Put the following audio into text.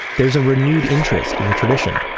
there's a renewed interest in the tradition.